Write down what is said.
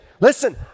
Listen